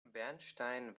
bernstein